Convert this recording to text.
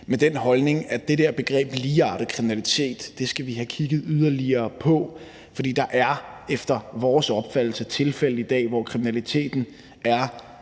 med den holdning, at det der begreb ligeartet kriminalitet skal vi have kigget yderligere på. For der er efter vores opfattelse tilfælde i dag, hvor kriminaliteten de